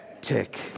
tick